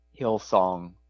Hillsong